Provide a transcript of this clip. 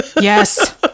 Yes